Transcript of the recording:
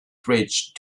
bridge